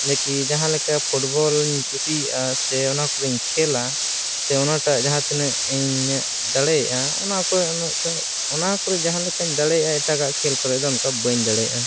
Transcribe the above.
ᱤᱱᱟᱹᱠᱤ ᱡᱟᱦᱟᱸᱞᱮᱠᱟ ᱯᱷᱩᱴᱵᱚᱞᱤᱧ ᱠᱩᱥᱤᱭᱟᱜᱼᱟ ᱥᱮ ᱚᱱᱟ ᱠᱚᱨᱮᱧ ᱠᱷᱮᱞᱟ ᱥᱮ ᱚᱱᱟᱴᱟᱜ ᱡᱟᱦᱟᱸ ᱛᱤᱱᱟᱹᱜ ᱤᱧ ᱫᱟᱲᱮᱭᱟᱜᱼᱟ ᱚᱱᱟ ᱠᱷᱚᱡ ᱩᱱᱟᱹᱜ ᱥᱟᱡ ᱚᱱᱟᱠᱚᱨᱮ ᱡᱟᱦᱟᱸ ᱞᱮᱠᱟᱧ ᱫᱟᱲᱮᱭᱟᱜᱼᱟ ᱮᱴᱟᱜᱟᱜ ᱠᱷᱮᱞ ᱠᱚᱨᱮᱫ ᱫᱚ ᱚᱱᱠᱟ ᱵᱟᱹᱧ ᱫᱟᱲᱮᱭᱟᱜᱼᱟ